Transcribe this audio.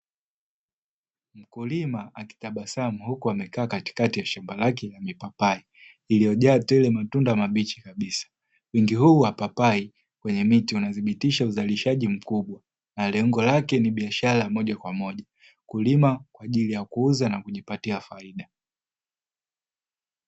Mkulima akitabasamu huku amekaa katikati ya shamba lake la mipapai iliyojaa tele matunda mabichi kabisa. Wingi huu wa papai kwenye miti unathibitisha uzalishaji mkubwa na lengo lake ni biashara moja kwa moja, kulima kwa ajili ya kuuza na kujipatia faida.